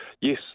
yes